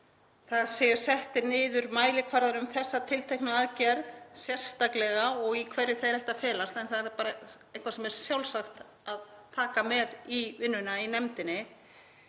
það séu settir niður mælikvarðar um þessa tilteknu aðgerð sérstaklega og í hverju þeir ættu að felast. En það er eitthvað sem er sjálfsagt að taka með í vinnunni í nefndinni.